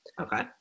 Okay